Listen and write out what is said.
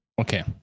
okay